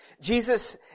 Jesus